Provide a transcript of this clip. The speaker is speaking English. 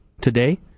today